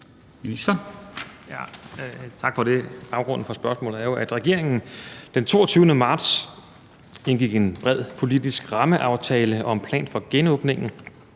Heunicke): Tak for det. Baggrunden for spørgsmålet er jo, at regeringen den 22. marts indgik en bred politisk rammeaftale om en plan for genåbningen